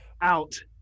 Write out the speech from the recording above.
out